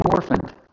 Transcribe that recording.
orphaned